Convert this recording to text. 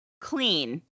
clean